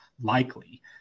likely